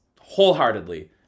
wholeheartedly